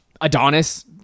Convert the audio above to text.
Adonis